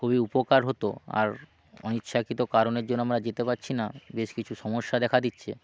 খুবই উপকার হতো আর অনিচ্ছাকৃত কারণের জন্য আমরা যেতে পারছি না বেশ কিছু সমস্যা দেখা দিচ্ছে